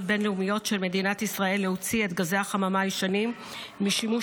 בין-לאומיות של מדינת ישראל להוציא את גזי החממה הישנים משימוש,